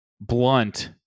blunt